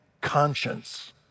conscience